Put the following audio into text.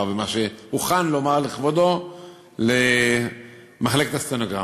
ומה שהוכן לומר לכבודו למחלקת הסטנוגרמה.